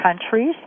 countries